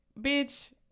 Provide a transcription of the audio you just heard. bitch